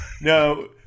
No